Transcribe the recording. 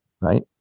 Right